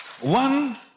one